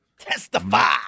Testify